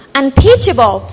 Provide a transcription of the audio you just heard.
unteachable